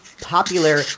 popular